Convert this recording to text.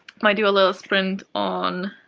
might do a little sprint on